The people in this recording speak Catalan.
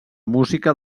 música